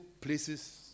places